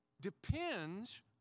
depends